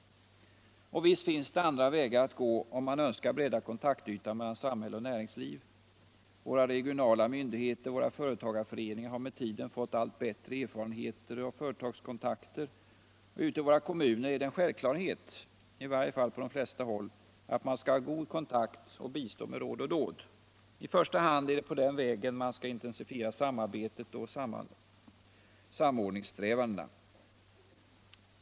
Och visst finns det andra vägar att gå om man önskar bredda kontaktytan mellan samhälle och näringsliv. Våra regionala myndigheter och våra företagareföreningar har med tiden fått allt bättre erfarenheter av företagskontakter och ute i våra kommuner är det en självklarhet —- i varje fall på de flesta håll — att man skall ha god kontakt och bistå med råd och dåd. I första hand är det på den vägen man skall intensifiera samarbetet och samordningssträvandena.